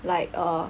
like uh